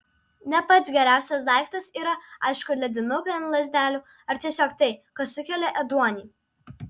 ne pats geriausias daiktas yra aišku ledinukai ant lazdelių ar tiesiog tai kas sukelia ėduonį